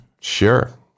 Sure